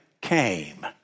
came